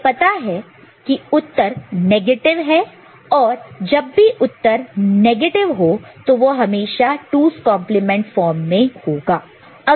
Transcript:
हमें पता है कि उत्तर नेगेटिव है और जब भी उत्तर नेगेटिव हो तो वह हमेशा 2's complement form 2's complement form में होगा